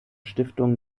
stiftungen